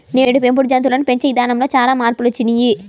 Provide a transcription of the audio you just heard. నేడు పెంపుడు జంతువులను పెంచే ఇదానంలో చానా మార్పులొచ్చినియ్యి